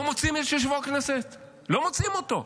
לא מוצאים את יושב-ראש הכנסת, לא מוצאים אותו.